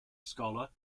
scholar